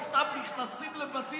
וסתם נכנסים לבתים,